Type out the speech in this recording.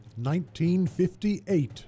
1958